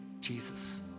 Jesus